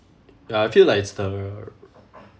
ya I feel like it's the